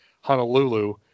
Honolulu